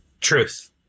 truth